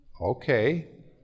okay